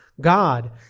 God